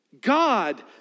God